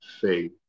faith